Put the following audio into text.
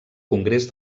congrés